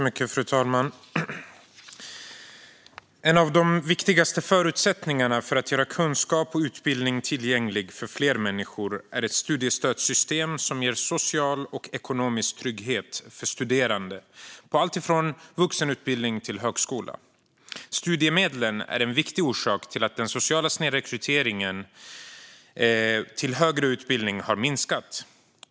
Fru talman! En av de viktigaste förutsättningarna för att göra kunskap och utbildning tillgänglig för fler människor är ett studiestödssystem som ger social och ekonomisk trygghet för studerande på allt från vuxenutbildning till högskola. Studiemedlen är en viktig orsak till att den sociala snedrekryteringen till högre utbildning har minskat.